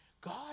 God